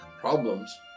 Problems